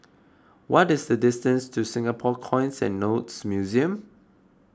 what is the distance to Singapore Coins and Notes Museum